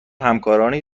همکارانی